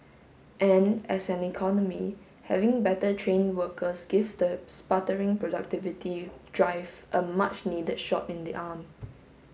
and as an economy having better trained workers gives the sputtering productivity drive a much needed shot in the arm